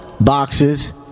boxes